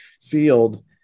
field